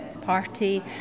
party